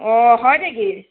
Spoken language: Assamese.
অঁ হয় নেকি